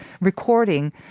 recording